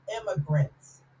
immigrants